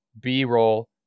b-roll